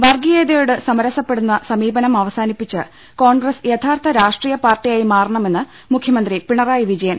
വർഗ്ഗീയതയോട് സമരസപ്പെടുന്ന സ്മീപനം അവസാനിപ്പിച്ച് കോൺഗ്രസ് യഥാർത്ഥ രാഷ്ട്രീയ പാർട്ടിയായി മാറണമെന്ന് മുഖ്യ മന്ത്രി പിണറായി വിജയൻ